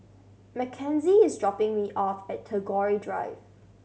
Makenzie is dropping me off at Tagore Drive